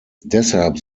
deshalb